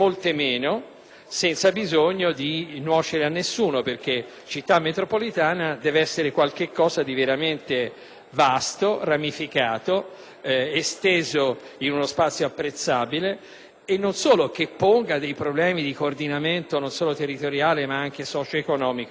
meno, senza nuocere a nessuno, perché la città metropolitana deve essere qualcosa di molto vasto, ramificato, esteso in uno spazio apprezzabile e che ponga dei problemi di coordinamento non solo territoriale, ma anche socio-economico.